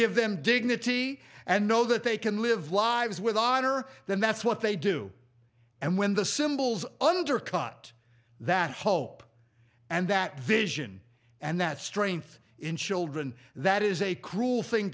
them dignity and know that they can live lives with odder than that's what they do and when the symbols undercut that hope and that vision and that strength in children that is a cruel thing